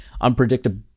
Unpredictable